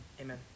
amen